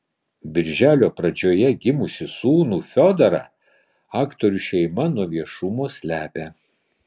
birželio pradžioje gimusį sūnų fiodorą aktorių šeima nuo viešumo slepia